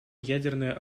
ядерное